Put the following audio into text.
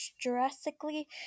drastically